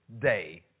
day